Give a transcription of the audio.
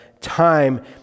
time